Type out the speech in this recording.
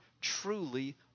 truly